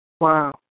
Wow